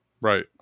Right